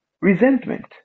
resentment